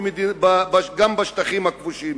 גם בשטחים הכבושים,